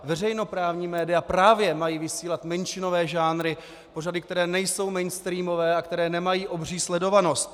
Veřejnoprávní média právě mají vysílat menšinové žánry, pořady, které nejsou mainstreamové a které nemají obří sledovanost.